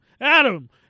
Adam